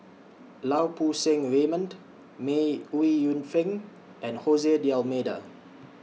Lau Poo Seng Raymond May Ooi Yu Fen and Jose D'almeida